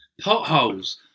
potholes